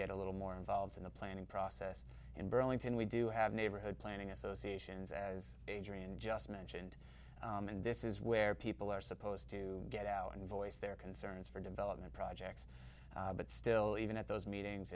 get a little more involved in the planning process in burlington we do have neighborhood planning associations as adrian just mentioned and this is where people are supposed to get out and voice their concerns for development projects but still even at those meetings